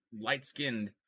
light-skinned